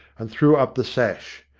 and threw up the sash.